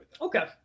Okay